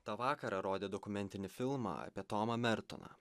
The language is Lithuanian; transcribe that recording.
tą vakarą rodė dokumentinį filmą apie tomą mertoną